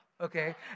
okay